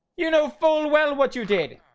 you know full well what you did.